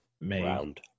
Round